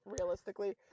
realistically